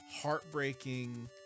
heartbreaking